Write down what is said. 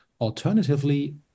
Alternatively